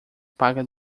paga